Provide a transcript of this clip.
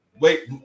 Wait